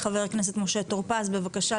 חבר הכנסת משה טור פז בבקשה,